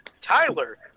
Tyler